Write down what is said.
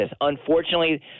Unfortunately